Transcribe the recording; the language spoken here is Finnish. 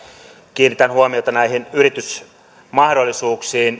kiinnitän huomiota näihin yritysmahdollisuuksiin